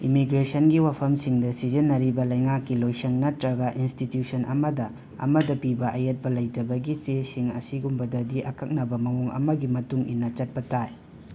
ꯏꯃꯤꯒ꯭ꯔꯦꯁꯟꯒꯤ ꯋꯥꯐꯝꯁꯤꯡꯗ ꯁꯤꯖꯤꯟꯅꯔꯤꯕ ꯂꯩꯉꯥꯛꯀꯤ ꯂꯣꯏꯁꯪ ꯅꯠꯇ꯭ꯔꯒ ꯏꯟꯁꯇꯤꯇ꯭ꯌꯨꯁꯟ ꯑꯃꯗ ꯑꯃꯗ ꯄꯤꯕ ꯑꯌꯦꯠꯄ ꯂꯩꯇꯕꯒꯤ ꯆꯦꯁꯤꯡ ꯑꯁꯤꯒꯨꯝꯕꯗꯗꯤ ꯑꯀꯛꯅꯕ ꯃꯑꯣꯡ ꯑꯃꯒꯤ ꯃꯇꯨꯡ ꯏꯟꯅ ꯆꯠꯄ ꯇꯥꯏ